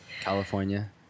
California